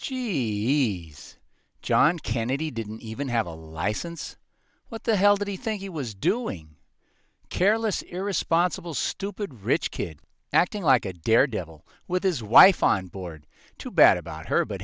s john kennedy didn't even have a license what the hell did he think he was doing careless irresponsible stupid rich kid acting like a daredevil with his wife on board too bad about her but